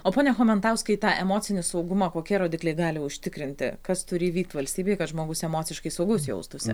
o pone chomentauskai tą emocinį saugumą kokie rodikliai gali užtikrinti kas turi vykt valstybėje kad žmogus emociškai saugus jaustųsi